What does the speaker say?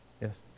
Yes